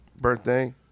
birthday